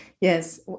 Yes